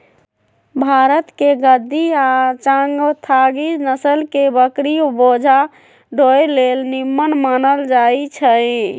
भारतके गद्दी आ चांगथागी नसल के बकरि बोझा ढोय लेल निम्मन मानल जाईछइ